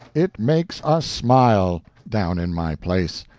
it makes us smile down in my place!